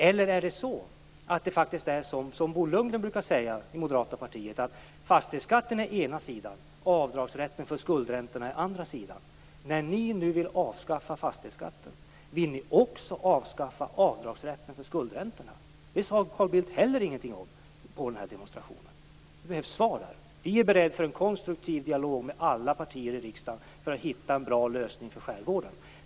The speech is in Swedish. Eller är det som Bo Lundgren brukar säga, nämligen att fastighetsskatten är ena sidan och avdragsrätten för skuldräntorna är andra sidan? När ni vill avskaffa fastighetsskatten, vill ni också avskaffa avdragsrätten för skuldräntorna? Det sade Carl Bildt inte heller någonting om under demonstrationen. Det behövs svar. Vi är beredda att föra en konstruktiv dialog med alla partier i riksdagen för att hitta en bra lösning för skärgården.